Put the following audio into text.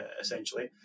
essentially